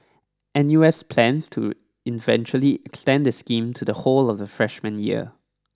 N U S plans to eventually extend the scheme to the whole of the freshman year